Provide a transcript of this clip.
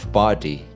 party